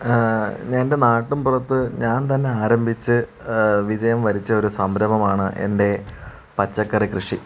ഞാൻ എൻ്റെ നാട്ടുമ്പുറത്ത് ഞാൻ തന്നെ ആരംഭിച്ച് വിജയം വരിച്ച ഒരു സംരംഭമാണ് എൻ്റെ പച്ചക്കറിക്കൃഷി